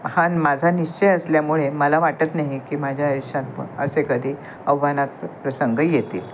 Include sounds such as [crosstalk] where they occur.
हा माझा निश्चय असल्यामुळे मला वाटत नाही की माझ्या आयुष्यात प असे कधी [unintelligible] प्रसंग येतील